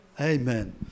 amen